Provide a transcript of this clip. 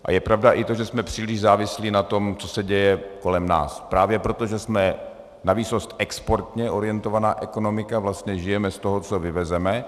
A je pravda i to, že jsme příliš závislí na tom, co se děje kolem nás, právě proto, že jsme na výsost exportně orientovaná ekonomika, vlastně žijeme z toho, co vyvezeme.